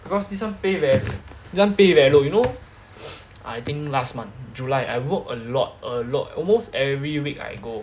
because this one pay very this one pay very low you know I think last month july I work a lot a lot almost every week I go